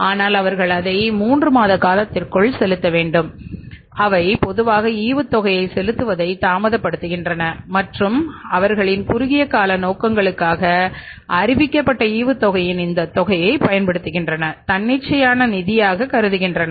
ஆனால் அவர்கள் அதை 3 மாத காலத்திற்குள் செலுத்த வேண்டும் ஆனால் அவை பொதுவாக ஈவுத்தொகையை செலுத்துவதை தாமதப்படுத்துகின்றன மற்றும் அவர்களின் குறுகிய கால நோக்கங்களுக்காக அறிவிக்கப்பட்ட ஈவுத்தொகையின் இந்த தொகையை பயன்படுத்துகின்றன தன்னிச்சையான நிதியாக கருதுகின்றன